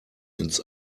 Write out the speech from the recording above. ins